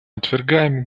отвергаем